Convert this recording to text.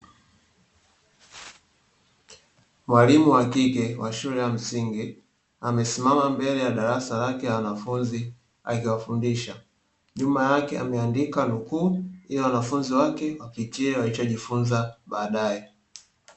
Mwalimu wa kike wa shule ya msingi amesimama mbele ya darasa lake la wanafunzi akiwafundisha, nyuma yake ameandika nukuu ila wanafunzi wapitie walichojifunza baadae.